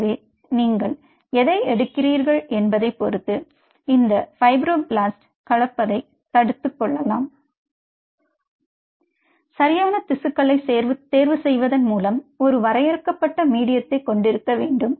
எனவே நீங்கள் எதை எடுக்கிறீர்கள் என்பதைப் பொறுத்து இந்த ஃபைப்ரோபிளாஸ்ட் கலப்பதை தடுத்துக் கொள்ளலாம் சரியான திசுக்களை தேர்வு செய்வதன் மூலம் ஒரு வரையறுக்கப்பட்ட மீடியத்தை கொண்டிருக்க வேண்டும்